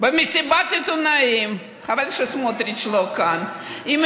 במסיבת עיתונאים, חבל שסמוטריץ לא כאן, עם